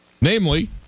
namely –